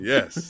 Yes